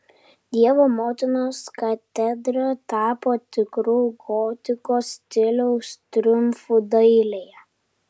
dievo motinos katedra tapo tikru gotikos stiliaus triumfu dailėje